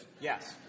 Yes